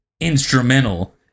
instrumental